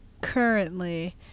currently